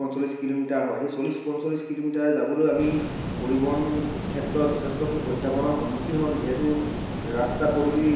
পঞ্চলিছ কিলোমিটাৰ হয় সেই চল্লিছ পঞ্চলিছ কিলোমিটাৰ যাবলৈ আমি পৰিবহণ ক্ষেত্ৰত যথেষ্টখিনি প্ৰত্যাহ্বানৰ সন্মুখীন হওঁ যিহেতু ৰাস্তা পদূলি